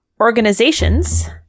organizations